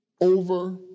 over